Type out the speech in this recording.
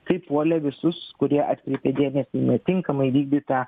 kaip puolė visus kurie atkreipė dėmesį į netinkamai vykdytą